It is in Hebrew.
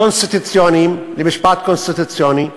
קונסטיטוציוניים, למשפט קונסטיטוציוני,